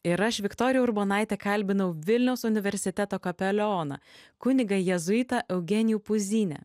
ir aš viktorija urbonaitė kalbinau vilniaus universiteto kapelioną kunigą jėzuitą eugenijų puzynią